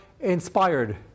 inspired